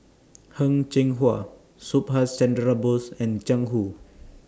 Heng Cheng Hwa Subhas Chandra Bose and Jiang Hu